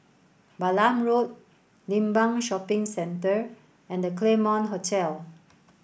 Balam Road Limbang Shopping Centre and The Claremont Hotel